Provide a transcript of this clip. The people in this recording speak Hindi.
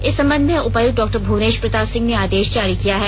इस संबंध में उपायुक्त डॉ भुवनेश प्रताप सिंह ने आदेश जारी किया है